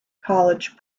college